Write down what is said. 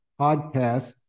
podcast